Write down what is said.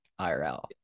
IRL